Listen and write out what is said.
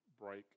break